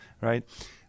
right